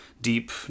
deep